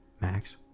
Max